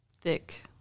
thick